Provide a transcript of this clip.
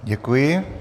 Děkuji.